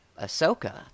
Ahsoka